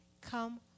come